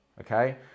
Okay